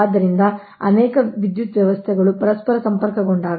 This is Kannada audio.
ಆದ್ದರಿಂದ ಅನೇಕ ವಿದ್ಯುತ್ ವ್ಯವಸ್ಥೆಗಳು ಪರಸ್ಪರ ಸಂಪರ್ಕಗೊಂಡಾಗ